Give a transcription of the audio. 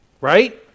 Right